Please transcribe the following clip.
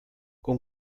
con